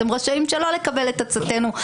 אתם רשאים שלא לקבל את עצתנו.